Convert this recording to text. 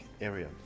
area